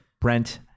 Brent